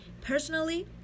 Personally